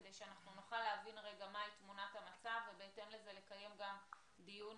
כדי שנוכל להבין מה תמונת המצב ובהתאם לזה לקיים גם דיון